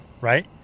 Right